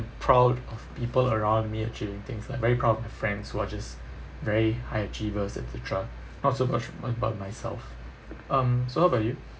proud of people around me achieving things like very proud of my friends who are just very high achievers et cetera not so much about myself um so how about you